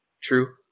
true